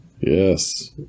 yes